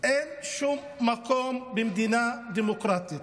אין שום מקום במדינה דמוקרטית,